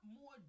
more